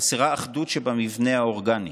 חסרה אחדות שבמבנה האורגני.